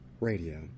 radio